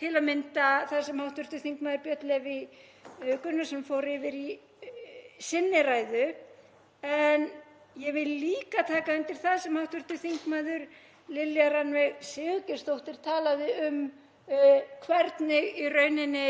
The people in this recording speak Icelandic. til að mynda það sem hv. þm. Björn Leví Gunnarsson fór yfir í sinni ræðu. En ég vil líka taka undir það sem hv. þm. Lilja Rannveig Sigurgeirsdóttir talaði um, hvernig í rauninni